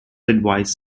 advise